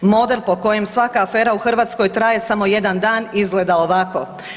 Model po kojem svaka afera u Hrvatskoj traje samo jedan dan izgleda ovako.